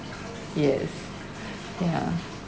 yes yeah